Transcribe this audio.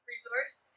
Resource